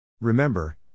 Remember